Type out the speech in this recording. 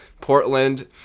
Portland